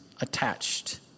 attached